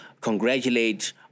congratulate